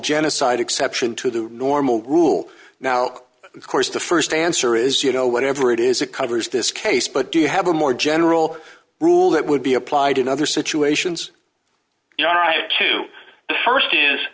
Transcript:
genocide exception to the normal rule now of course the st answer is you know whatever it is it covers this case but do you have a more general rule that would be applied in other situations to the st is